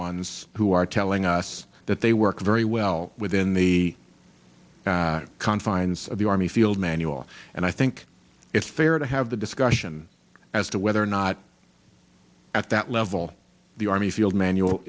ones who are telling us that they work very well within the confines of the army field manual and i think it's fair to have the discussion as to whether or not at that level the army field manual